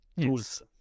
tools